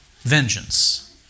Vengeance